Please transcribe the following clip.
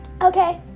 Okay